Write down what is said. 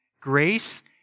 Grace